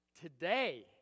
Today